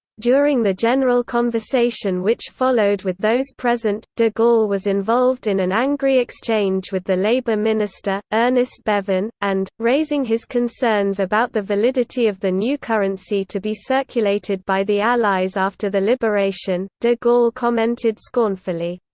during the general conversation which followed with those present, de gaulle was involved in an angry exchange with the labour minister, ernest bevin, and, raising his concerns about the validity of the new currency to be circulated by the allies after the liberation, de gaulle commented scornfully,